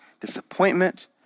disappointment